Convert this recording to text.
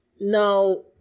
Now